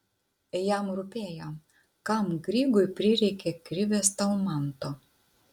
jam rūpėjo kam grygui prireikė krivės talmanto